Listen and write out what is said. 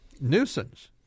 nuisance